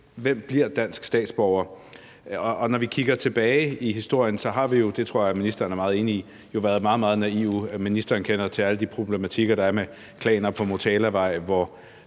der bliver dansk statsborger. Og når vi kigger tilbage i historien, har vi jo – det tror jeg ministeren er meget enig i – været meget, meget naive. Ministeren kender til alle de problematikker, der er, med klaner på Motalavej, hvor